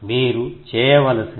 మీరు చేయవలసినది